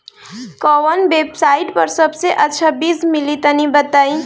कवन वेबसाइट पर सबसे अच्छा बीज मिली तनि बताई?